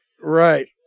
Right